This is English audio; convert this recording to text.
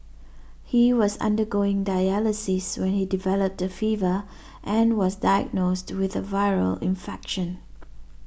he was undergoing dialysis when he developed a fever and was diagnosed with a viral infection